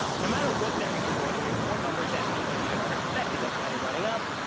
no matter what they report, if they report numbers that beat which are expected, that's why they're running up,